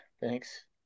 thanks